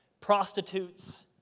prostitutes